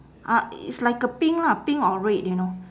ah it's like a pink lah pink or red you know